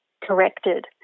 corrected